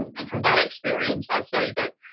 um and from that experience, i say that,